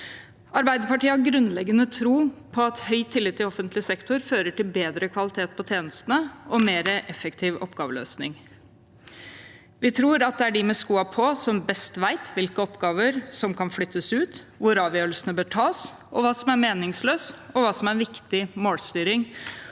Arbeiderpartiet har grunnleggende tro på at høy tillit i offentlig sektor fører til bedre kvalitet på tjenestene og mer effektiv oppgaveløsning. Vi tror at det er de som har skoene på, som best vet hvilke oppgaver som kan flyttes ut, hvor avgjørelsene bør tas, og hva som er meningsløs, og hva som er viktig målstyring